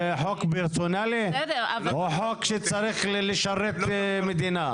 זה חוק פרסונלי או חוק שצריך לשרת מדינה?